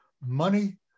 Money